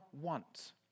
want